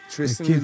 Tristan